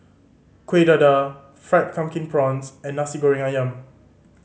Kueh Dadar Fried Pumpkin Prawns and Nasi Goreng Ayam